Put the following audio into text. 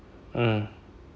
hmm